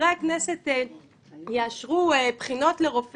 או לא, ממהלך החקיקה יושבים בחדר.